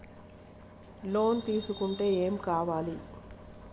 Loan తీసుకుంటే ఏం కావాలి?